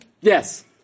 Yes